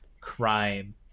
crime